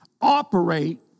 Operate